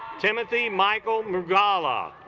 timothy michael moog allah